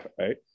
Right